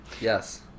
Yes